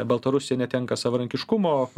baltarusija netenka savarankiškumo